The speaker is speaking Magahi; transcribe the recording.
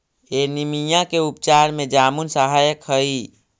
एनीमिया के उपचार में जामुन सहायक हई